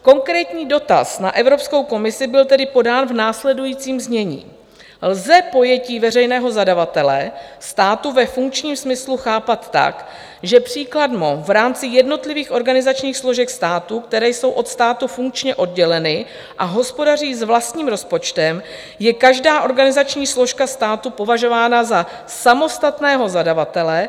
Konkrétní dotaz na Evropskou komisi byl tedy podán v následujícím znění: Lze pojetí veřejného zadavatele státu ve funkčním smyslu chápat tak, že příkladmo v rámci jednotlivých organizačních složek státu, které jsou od státu funkčně odděleny a hospodaří s vlastním rozpočtem, je každá organizační složka státu považována za samostatného zadavatele?